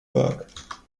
work